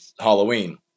Halloween